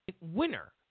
winner